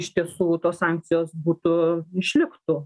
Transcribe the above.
iš tiesų tos sankcijos būtų išliktų